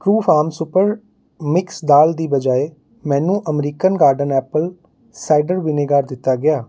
Truefarm super mix ਦਾਲ ਦੀ ਬਜਾਏ ਮੈਨੂੰ American Garden apple cider vinegar ਦਿੱਤਾ ਗਿਆ